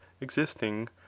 existing